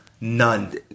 None